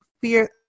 Fear